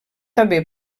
haver